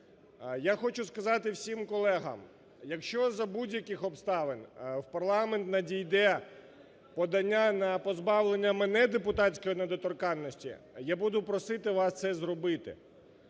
Я хочу сказати всім колегам, якщо за будь-яких обставин у парламент надійде подання на позбавлення мене депутатської недоторканності, я буду просити вас це зробити.